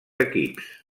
equips